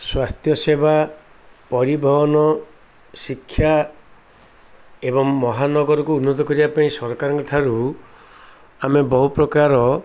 ସ୍ୱାସ୍ଥ୍ୟ ସେବା ପରିବହନ ଶିକ୍ଷା ଏବଂ ମହାନଗରକୁ ଉନ୍ନତ କରିବା ପାଇଁ ସରକାରଙ୍କ ଠାରୁ ଆମେ ବହୁ ପ୍ରକାର